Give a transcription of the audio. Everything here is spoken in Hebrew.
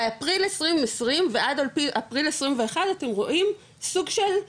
באפריל 2020 ועד אפריל 21, אתם רואים סוג של,